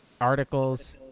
articles